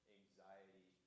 anxiety